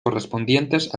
correspondientes